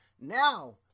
now